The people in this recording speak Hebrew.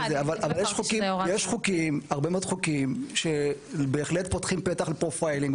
יש הרבה מאוד חוקים שבהחלט פותחים פתח לפרופיילינג,